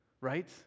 Right